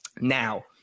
Now